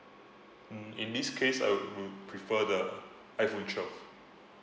mm in this case I would would prefer the iphone twelve